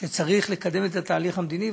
שצריך לקדם את התהליך המדיני,